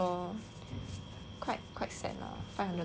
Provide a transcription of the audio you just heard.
quite quite sad lah five hundred dollars